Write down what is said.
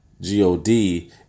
G-O-D